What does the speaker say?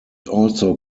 also